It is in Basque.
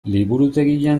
liburutegian